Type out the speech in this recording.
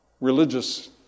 religious